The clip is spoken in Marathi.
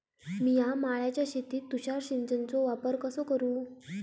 मिया माळ्याच्या शेतीत तुषार सिंचनचो वापर कसो करू?